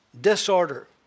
disorder